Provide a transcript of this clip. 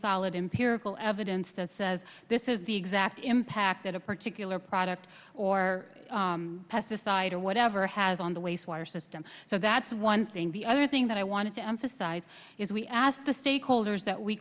solid empirical evidence that says this is the exact impact that a particular product or pesticide or whatever has on the wastewater system so that's one thing the other thing that i wanted to emphasize is we asked the stakeholders that we